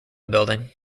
building